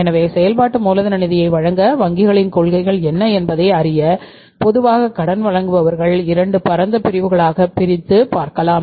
எனவே செயல்பாட்டு மூலதன நிதியை வழங்க வங்கிகளின் கொள்கைகள் என்ன என்பதை அறிய பொதுவாக கடன் வாங்குபவர்கள் 2 பரந்த பிரிவுகளாக பிரித்து பார்க்கலாம்